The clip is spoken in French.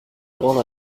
grande